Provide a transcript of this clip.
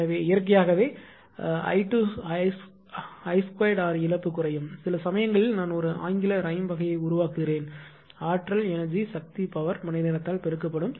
எனவே இயற்கையாகவே I2r இழப்பு குறையும் சில சமயங்களில் நான் ஒரு ஆங்கில ரைம் வகையை உருவாக்குகிறேன் ஆற்றல் சக்தி மணிநேரத்தால் பெருக்கப்படும்